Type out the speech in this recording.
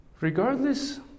Regardless